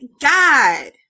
God